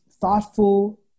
thoughtful